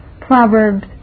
Proverbs